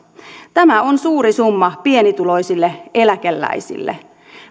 tämä on suuri summa pienituloisille eläkeläisille